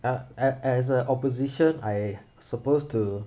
uh a~ as an opposition I suppose to